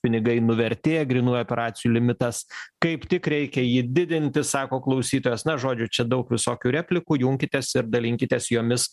pinigai nuvertė grynųjų operacijų limitas kaip tik reikia jį didinti sako klausytojas na žodžiu čia daug visokių replikų junkitės dalinkitės jomis